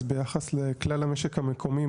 אז ביחס לכלל המשק המקומי,